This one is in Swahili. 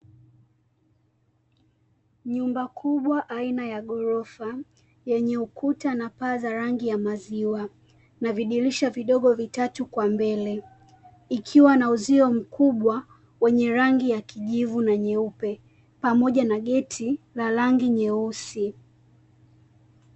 Nyumba kubwa aina ya gorofa yenye ukuta na paa za rangi ya mazima na vidirisha vidogo vitatu kwa mbele, ikiwa na uzio mkubwa wenye rangi ya kijivu na nyeupe pamoja na geti la rangi nyeusi.